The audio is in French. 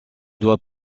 doit